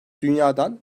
dünyadan